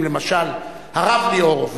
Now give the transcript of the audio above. אם למשל הרב ליאור,